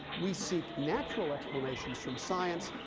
we seek natural explanations from science,